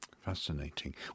Fascinating